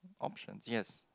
options yes